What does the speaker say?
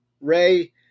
Ray